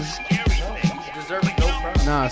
Nah